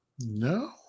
no